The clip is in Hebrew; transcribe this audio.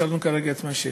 השארנו כרגע את מה שיש.